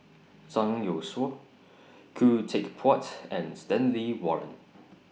Zhang Youshuo Khoo Teck Puat and Stanley Warren